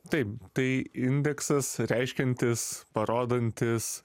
taip tai indeksas reiškiantis parodantis